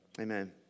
amen